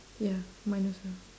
ya mine also